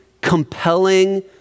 compelling